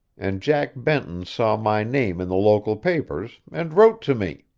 and jack benton saw my name in the local papers, and wrote to me.